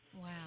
Wow